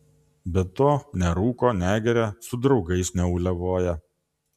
be to nerūko negeria su draugais neuliavoja